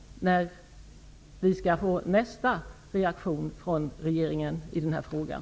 När kommer vi att få nästa reaktion från regeringen i den här frågan?